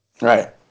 right